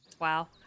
Wow